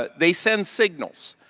ah they send signals.